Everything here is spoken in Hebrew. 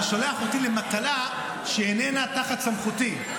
אתה שולח אותי למטלה שאיננה תחת סמכותי,